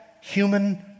human